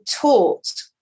taught